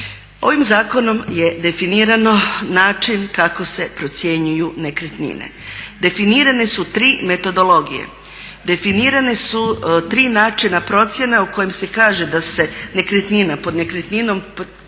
Ovim zakonom je definirano način kako se procjenjuju nekretnine. Definirane su tri metodologije. Definirana su tri načina procjena u kojim se kaže da se nekretnina, pod nekretninom tu